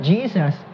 Jesus